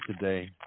today